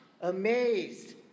Amazed